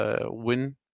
win